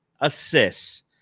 assists